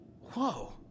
Whoa